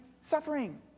suffering